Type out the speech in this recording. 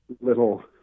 little